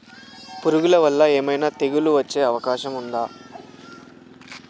పురుగుల వల్ల ఏమైనా తెగులు వచ్చే అవకాశం ఉందా?